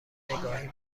نگاهی